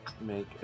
make